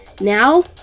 Now